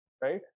right